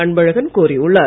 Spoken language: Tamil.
அன்பழகன் கோரியுள்ளார்